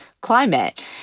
climate